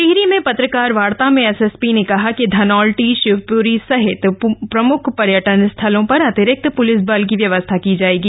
टिहरी में पत्रकार वार्ता में एसएसपी ने कहा कि धनौल्टी शिवप्री सहित प्रमुख पर्यटक स्थलों पर अतिरिक्त प्लिस बल की व्यवस्था की जाएगी